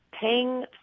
paying